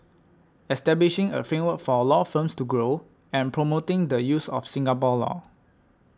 establishing a framework for law firms to grow and promoting the use of Singapore law